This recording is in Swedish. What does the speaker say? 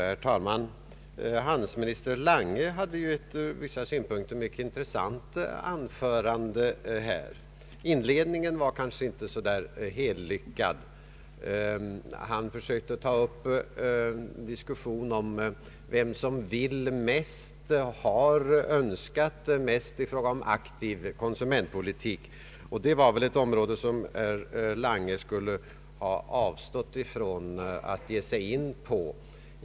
Herr talman! Handelsminister Lange hade ett ur vissa synpunkter mycket intressant anförande. Inledningen var kanske inte så helt lyckad. Han försökte ta upp en diskussion om vem som vill mest och har önskat mest i fråga om aktiv konsumentpolitik. Det skulle herr Lange ha avstått från att ge sig in på.